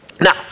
Now